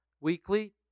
weekly